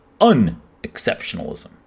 unexceptionalism